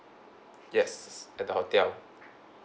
yes at the hotel